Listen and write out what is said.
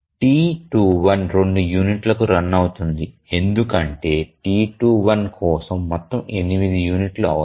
T21 2 యూనిట్లకు run అవుతుంది ఎందుకంటే T21 కోసం మొత్తం 8 యూనిట్లు అవసరం